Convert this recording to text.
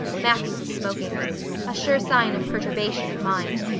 matthew was smoking a sure sign of perturbation of mind.